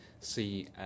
see